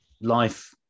life